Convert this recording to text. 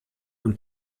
und